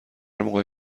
موقع